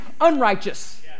unrighteous